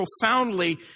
profoundly